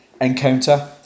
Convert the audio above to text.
encounter